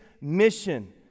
mission